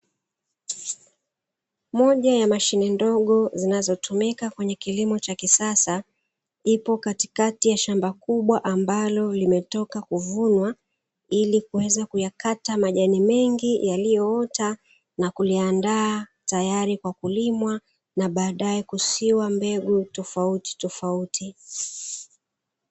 Moja ya mashine ndogo zinazotumika kwenye kilimo cha kisasa, ipo katikati ya shamba kubwa ambalo limetoka kuvunwa, ili kuweza kuyakata majani mengi yaliyoota na kuliandaa tayari kwa kulimwa, na baadaye kusiwa mbegu tofauti tofauti.